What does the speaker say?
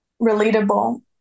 relatable